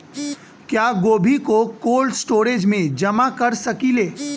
क्या गोभी को कोल्ड स्टोरेज में जमा कर सकिले?